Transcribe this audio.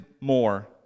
more